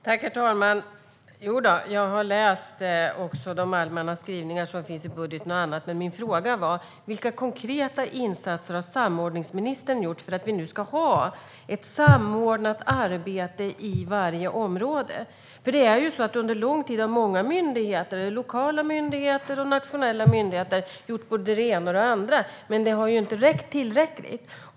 Herr talman! Jo då, jag har läst de allmänna skrivningar som finns i budgeten och annat. Men min fråga var: Vilka konkreta insatser har samordningsministern gjort för att vi nu ska ha ett samordnat arbete i varje område? Under lång tid har många lokala myndigheter och nationella myndigheter gjort både det ena och det andra. Men det har inte varit tillräckligt.